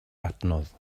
adnodd